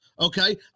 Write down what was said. Okay